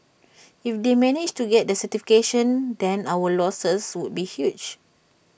if they managed to get the certification then our losses would be huge